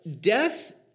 Death